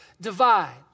divide